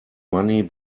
money